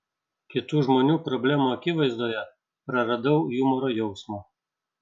kitų žmonių problemų akivaizdoje praradau humoro jausmą